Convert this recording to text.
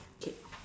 K